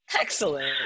Excellent